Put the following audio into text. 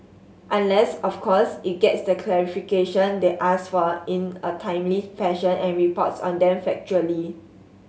unless of course it gets the clarification they ask for in a timely fashion and reports on them factually